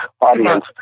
audience